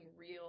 real